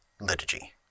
liturgy